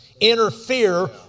interfere